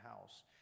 house